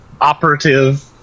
operative